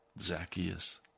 Zacchaeus